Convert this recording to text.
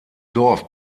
dorf